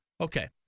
Okay